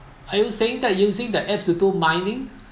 are you saying that using the apps to do mining